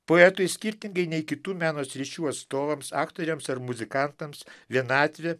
poetui skirtingai nei kitų meno sričių atstovams aktoriams ar muzikantams vienatvė